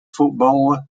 footballer